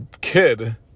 kid